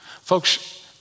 Folks